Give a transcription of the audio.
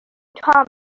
تام